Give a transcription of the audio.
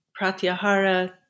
Pratyahara